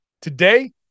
Today